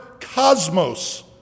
cosmos